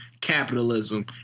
capitalism